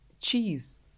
Cheese